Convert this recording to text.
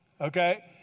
Okay